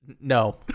No